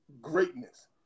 greatness